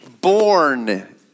born